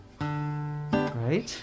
right